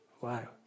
Wow